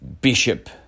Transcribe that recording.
bishop